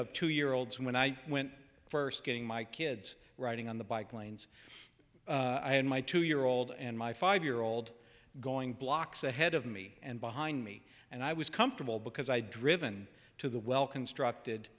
of two year olds and when i went first getting my kids riding on the bike lanes i had my two year old and my five year old going blocks ahead of me and behind me and i was comfortable because i driven to the well constructed